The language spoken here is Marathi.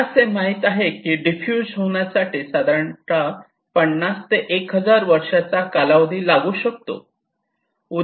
आपणास हे माहित आहे की डिफ्युज होण्यासाठी साधारणपणे 50 ते 1000 वर्षाचा कालावधी लागू शकतो